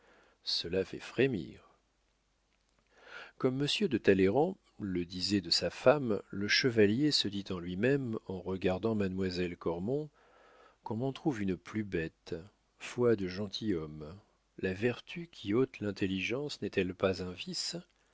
cela fait frémir comme monsieur de talleyrand le disait de sa femme le chevalier se dit en lui-même en regardant mademoiselle cormon qu'on m'en trouve une plus bête foi de gentilhomme la vertu qui ôte l'intelligence n'est-elle pas un vice